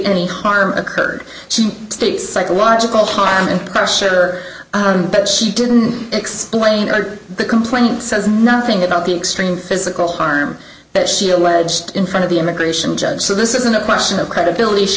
any harm occurred she states psychological harm and pressure on but she didn't explain the complaint says nothing about the extreme physical harm that she alleged in front of the immigration judge so this isn't a question of credibility she